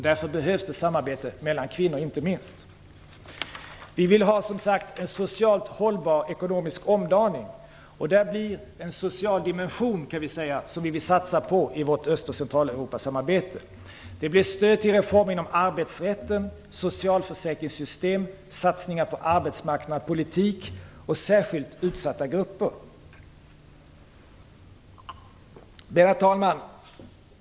Därför behövs det ett samarbete mellan kvinnor inte minst. Vi vill ha en socialt hållbar ekonomisk omdaning. Vi satsar på en social dimension i vårt samarbete med Öst och Centraleuropa. Det blir stöd till reformer inom arbetsrätten, socialförsäkringssystemen, satsningar på arbetsmarknadspolitik och särskilt utsatta grupper. Herr talman!